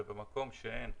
ובמקום שאין,